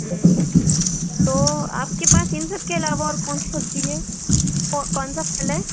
तो आपके पास इन सब के अलावा और कौन सी सब्जी है कौन सा फल है